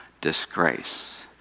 disgrace